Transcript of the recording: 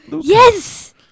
Yes